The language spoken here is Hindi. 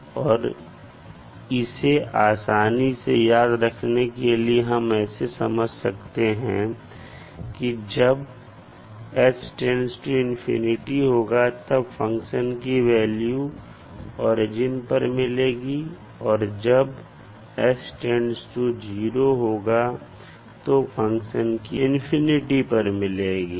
आप इसे आसानी से याद रखने के लिए ऐसे समझ सकते हैं कि जब होगा तब फंक्शन की वैल्यू ओरिजिन पर मिलेगी और जब होगा तब फंक्शन की वैल्यू इंफिनिटी पर मिलेगी